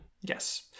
Yes